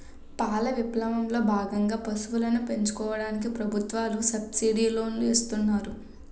పాల విప్లవం లో భాగంగా పశువులను పెంచుకోవడానికి ప్రభుత్వాలు సబ్సిడీ లోనులు ఇస్తున్నారు